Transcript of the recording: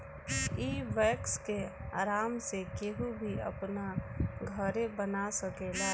इ वैक्स के आराम से केहू भी अपना घरे बना सकेला